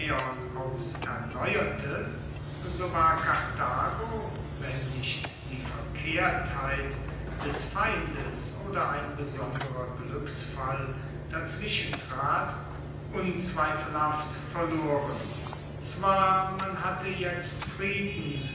aus erneuerte so war karthago wenn nicht die verkehrtheit des feindes oder ein besonderer gluecksfall dazwischen trat unzweifelhaft verloren zwar man hatte jetzt frieden